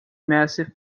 massive